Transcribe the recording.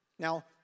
Now